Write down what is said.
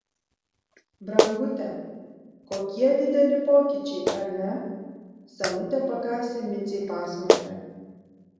brangute kokie dideli pokyčiai ar ne senutė pakasė micei pasmakrę